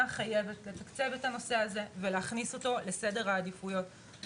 חייבת לתקצב את הנושא הזה ולהכניס אותו לסדר העדיפויות.